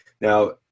Now